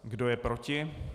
Kdo je proti?